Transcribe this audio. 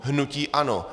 Hnutí ANO.